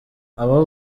abo